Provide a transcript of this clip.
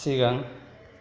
सिगां